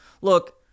Look